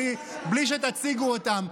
בלי שתציגו אותם.